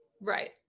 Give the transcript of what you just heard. Right